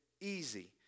easy